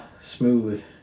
smooth